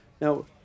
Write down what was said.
Now